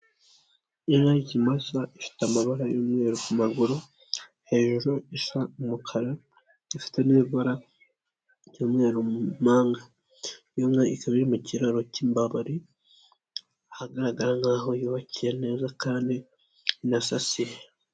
Inka y'ikimasa ifite amabara y'umweru ku maguru, hejuru isa umukara, ifite n'ibara ry'umweru mu mpanga, inka ikaba iri mu kiraro cy'imbabari, ahagaragara nk'aho yubakiye neza kandi isasiye.